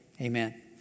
Amen